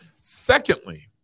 secondly